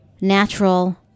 natural